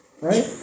Right